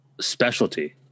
specialty